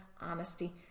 honesty